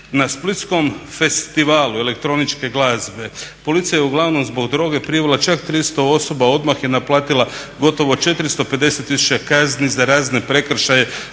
Na splitskom festivalu elektroničke glazbe policija je uglavnom zbog droge privela čak 300 osoba, odmah je naplatila gotovo 450 tisuća kazni za razne prekršaje